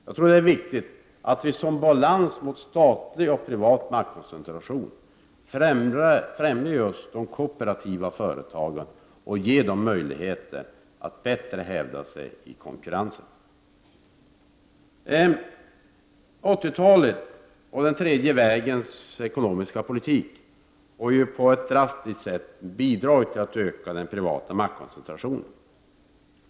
Jag tror att det är viktigt att vi som balans mot statlig och privat maktkoncentration främjar just de kooperativa företagen och ger dem möjligheter att bättre hävda sig i konkurrensen. 80-talet och den tredje vägens ekonomiska politik har på ett drastiskt sätt bidragit till att öka den privata maktkoncentrationen.